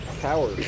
power